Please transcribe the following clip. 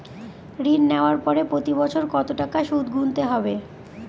ঋণ নেওয়ার পরে প্রতি বছর কত টাকা সুদ গুনতে হবে?